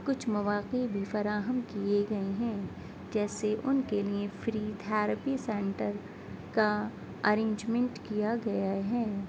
کچھ مواقع بھی فراہم کئے گئے ہیں جیسے ان کے لیے فری تھیریپی سینٹر کا ارینجمنٹ کیا گیا ہے